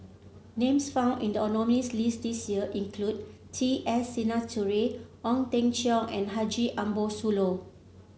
names found in the nominees' list this year include T S Sinnathuray Ong Teng Cheong and Haji Ambo Sooloh